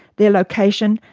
their location,